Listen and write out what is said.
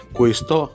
questo